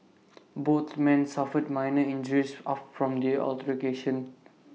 both man suffered minor injuries of from the altercation